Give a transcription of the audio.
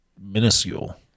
minuscule